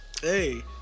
hey